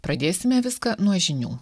pradėsime viską nuo žinių